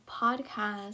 Podcast